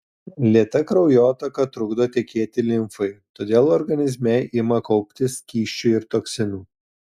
lėta kraujotaka trukdo tekėti limfai todėl organizme ima kauptis skysčių ir toksinų